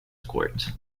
courts